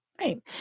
right